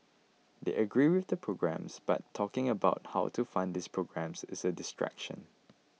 they agree with the programmes but talking about how to fund these programmes is a distraction